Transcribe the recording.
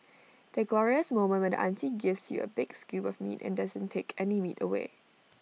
the glorious moment when the auntie gives you A big scoop of meat and doesn't take any meat away